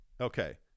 Okay